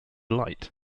light